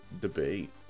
debate